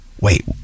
wait